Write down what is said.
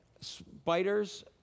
spiders